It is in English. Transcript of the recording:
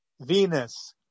Venus